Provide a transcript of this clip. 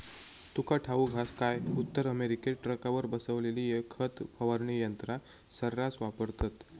तुका ठाऊक हा काय, उत्तर अमेरिकेत ट्रकावर बसवलेली खत फवारणी यंत्रा सऱ्हास वापरतत